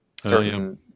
certain